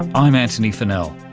i'm antony furnell.